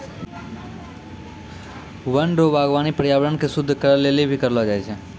वन रो वागबानी पर्यावरण के शुद्ध करै लेली भी करलो जाय छै